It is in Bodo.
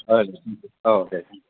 औ औ दे दे